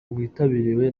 witabiriwe